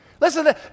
Listen